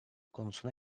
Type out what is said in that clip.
konusuna